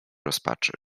rozpaczy